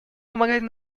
помогать